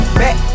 back